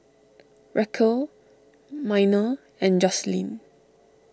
Racquel Miner and Joselyn